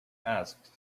asked